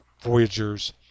voyagers